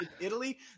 Italy